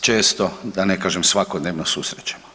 često da ne kažem svakodnevno susrećemo.